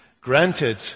granted